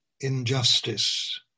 injustice